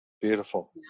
beautiful